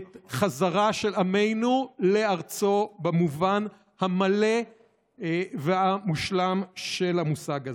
את החזרה של עמנו לארצו במובן המלא והמושלם של המושג הזה.